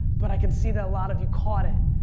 but i can see that a lot of you caught it,